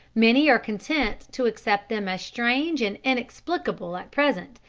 many are content to accept them as strange and inexplicable at present,